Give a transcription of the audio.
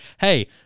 Hey